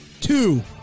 two